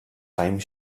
time